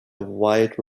wide